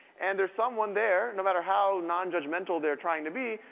and there's someone there, no matter how non-judgmental they're trying to be,